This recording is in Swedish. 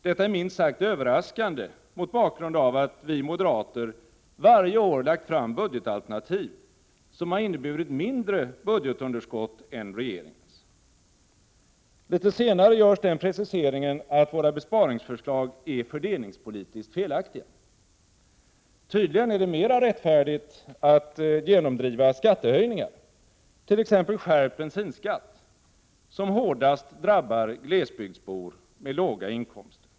Detta är minst sagt överraskande mot bakgrund av att vi moderater varje år lagt fram budgetalternativ, som har inneburit mindre budgetunderskott än regeringens. Litet senare görs den preciseringen att våra besparingsförslag är fördelningspolitiskt felaktiga. Tydligen är det mera rättfärdigt att genomdriva skattehöjningar, t.ex. skärpt bensinskatt, som hårdast drabbar glesbygdsbor med låga inkomster.